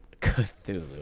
Cthulhu